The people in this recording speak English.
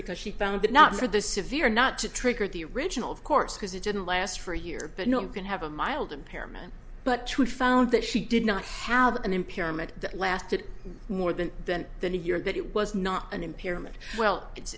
because she found it not for the severe not to trigger the original of course because it didn't last for a year but no one can have a mild impairment but two found that she did not have an impairment that lasted more than then than a year that it was not an impairment well it's